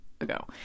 ago